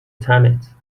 تنت